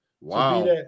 Wow